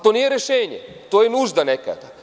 To nije rešenje, to je nužda neka.